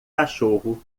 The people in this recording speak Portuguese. cachorro